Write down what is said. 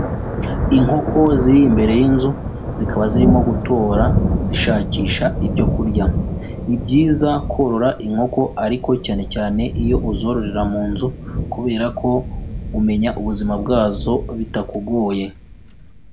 Inkoko ziri imbere y'inzu zikaba zirimo gutora zishakisha ibyo kurya, ni byiza korora inkoko ariko cyane cyane iyo uzororera mu nzu kubera ko umenya ubuzima bwazo bitakugoye.